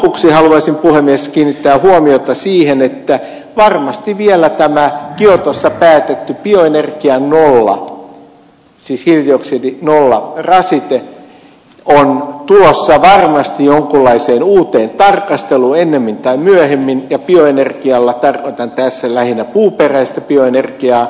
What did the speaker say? lopuksi haluaisin puhemies kiinnittää huomiota siihen että varmasti vielä tämä kiotossa päätetty bioenergia nolla siis hiilidioksidi nolla rasite on tulossa varmasti jonkinlaiseen uuteen tarkasteluun ennemmin tai myöhemmin ja bioenergialla tarkoitan tässä lähinnä puuperäistä bioenergiaa